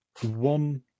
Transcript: one